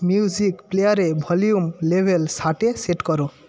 music প্লেয়ারে volume level ষাটে set করো